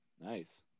nice